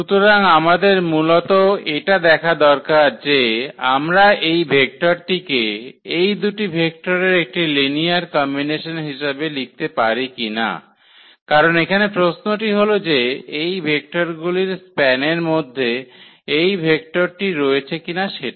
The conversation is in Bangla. সুতরাং আমাদের মূলত এটা দেখা দরকার যে আমরা এই ভেক্টরটিকে এই দুটি ভেক্টরের একটি লিনিয়ার কম্বিনেশন হিসাবে লিখতে পারি কিনা কারণ এখানে প্রশ্নটি হল যে এই ভেক্টরগুলির স্প্যানের মধ্যে এই ভেক্টরটি রয়েছে কিনা সেটা